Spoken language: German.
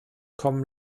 kommen